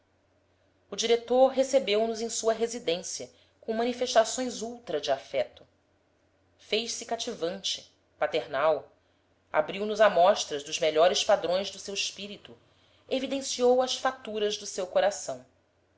o diretor recebeu nos em sua residência com manifestações ultra de afeto fez-se cativante paternal abriu nos amostras dos melhores padrões do seu espírito evidenciou as faturas do seu coração